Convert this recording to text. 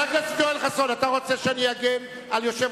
תשמע מה שהיושב-ראש